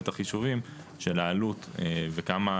את החישובים של העלות, וכמה